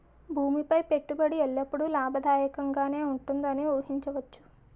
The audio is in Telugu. భూమి పై పెట్టుబడి ఎల్లప్పుడూ లాభదాయకంగానే ఉంటుందని ఊహించవచ్చు